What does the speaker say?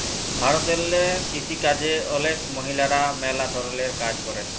ভারতেল্লে কিসিকাজে অলেক মহিলারা ম্যালা ধরলের কাজ ক্যরে